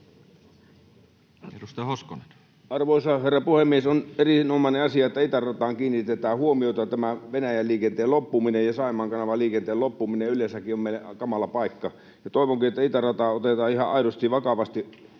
Arvoisa herra puhemies! On erinomainen asia, että itärataan kiinnitetään huomiota. Tämä Venäjän-liikenteen loppuminen ja Saimaan kanavaliikenteen loppuminen yleensäkin ovat meille kamala paikka, ja toivonkin, että itärata otetaan ihan aidosti vakavasti,